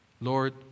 Lord